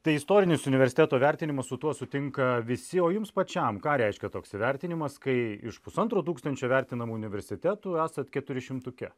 tai istorinis universiteto vertinimas su tuo sutinka visi o jums pačiam ką reiškia toks įvertinimas kai iš pusantro tūkstančio vertinamų universitetų esat keturišimtuke